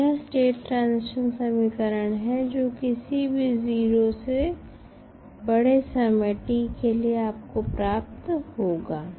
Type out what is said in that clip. तो यह state transition समीकरण है जो किसी भी 0 से बड़े समय t के लिए आपको प्राप्त होगा